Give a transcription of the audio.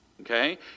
Okay